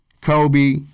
Kobe